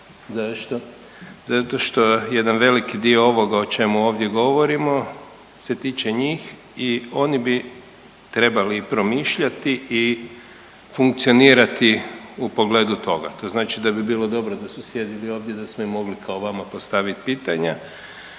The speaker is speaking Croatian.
zato što jedan veliki dio ovoga o čemu ovdje govorimo se tiče njih i oni bi trebali promišljati i funkcionirati u pogledu toga. To znači da bi bilo dobro da su sjedili ovdje i da smo im mogli kao vama postaviti pitanja,